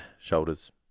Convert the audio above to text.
shoulders